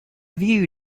view